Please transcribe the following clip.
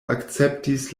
akceptis